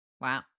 Wow